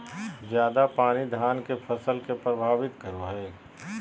ज्यादा पानी धान के फसल के परभावित करो है?